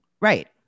Right